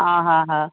ह हा हा